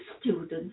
students